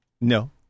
No